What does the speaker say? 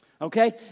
Okay